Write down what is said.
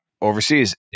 overseas